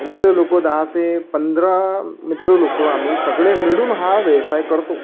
मित्र लोकं दहा से पंधरा मित्र लोकं आम्ही सगळे मिळून हा व्यवसाय करतो